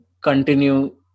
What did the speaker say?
continue